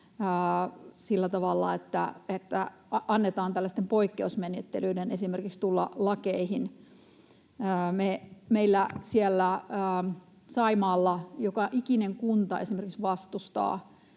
sillä tavalla, että annetaan esimerkiksi tällaisten poikkeusmenettelyiden tulla lakeihin. Meillä siellä Saimaalla joka ikinen kunta esimerkiksi vastustaa